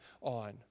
on